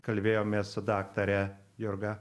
kalbėjomės su daktare jurga